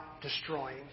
destroying